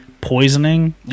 poisoning